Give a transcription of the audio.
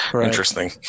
Interesting